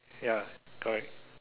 ya correct